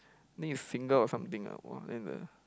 think is single or something lah !wah! then the